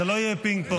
זה לא יהיה פינג-פונג.